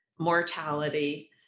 mortality